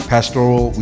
Pastoral